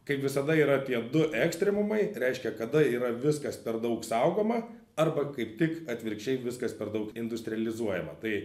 kaip visada yra tie du ekstremumai reiškia kada yra viskas per daug saugoma arba kaip tik atvirkščiai viskas per daug industrializuojama tai